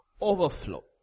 Overflow